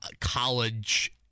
college